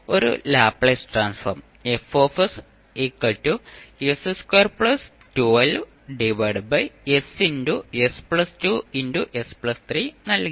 ഒരു Laplace transform നൽകി